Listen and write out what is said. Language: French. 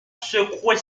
secouer